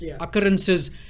occurrences